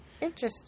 Interesting